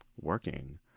working